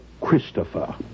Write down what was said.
Christopher